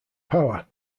power